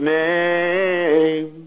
name